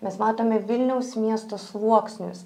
mes matome vilniaus miesto sluoksnius